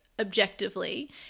objectively